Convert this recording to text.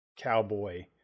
cowboy